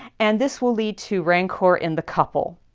and this will lead to rancor in the couple.